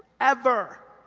ever,